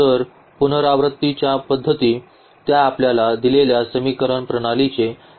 तर पुनरावृत्तीच्या पद्धती त्या आपल्याला दिलेल्या समीकरण प्रणालीचे अंदाजे सोल्यूशन देतात